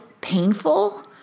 painful